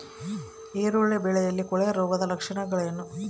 ಈರುಳ್ಳಿ ಬೆಳೆಯಲ್ಲಿ ಕೊಳೆರೋಗದ ಲಕ್ಷಣಗಳೇನು?